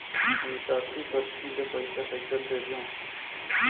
निकासी परची ले पईसा कइसे भेजों?